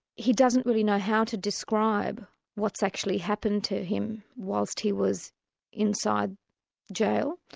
he doesn't really know how to describe what's actually happened to him whilst he was inside jail.